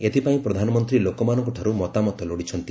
ଏଥିପାଇଁ ପ୍ରଧାନମନ୍ତ୍ରୀ ଲୋକମାନଙ୍କଠାରୁ ମତାମତ ଲୋଡ଼ିଛନ୍ତି